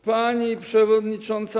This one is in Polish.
Pani przewodnicząca.